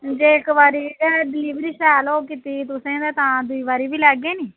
जे इक बारी डिलिवरी शैल होग कीती दी तुसें तां दूई बारी बी लैगे निं